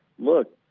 look,